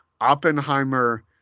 Oppenheimer